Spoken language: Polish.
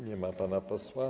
Nie ma pana posła.